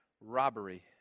robbery